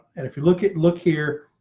and if you look at look here,